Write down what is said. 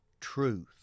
truth